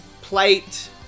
plate